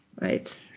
Right